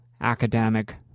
academic